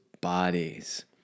bodies